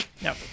No